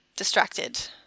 distracted